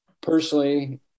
personally